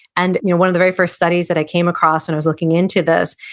and you know one of the very first studies that i came across when i was looking into this,